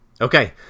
Okay